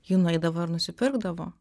ji nueidavo ir nusipirkdavo